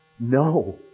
No